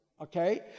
Okay